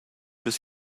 bis